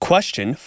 Question